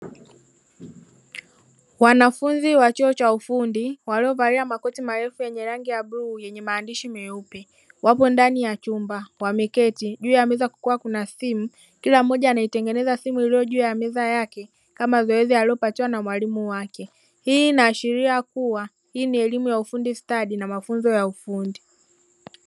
Wanafunzi wa chuo cha ufundi waliovalia makoti marefu yenye rangi ya bluu yenye maandishi meupe wapo ndani ya chumba wameketi, juu ya meza kukiwa kuna simu, kila mmoja anaitengeneza simu iliyo juu ya meza yake kama zoezi alilopatiwa na mwalimu wake, hii ina ashiria kuwa hii ni elimu ya ufundi stadi na mafunzo ya ufundi.